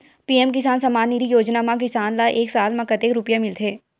PM किसान सम्मान निधी योजना म किसान ल एक साल म कतेक रुपिया मिलथे?